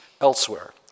elsewhere